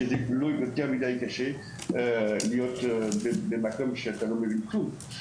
שזה לא יותר מדי קשה להיות במקום שאתה לא מבין כלום.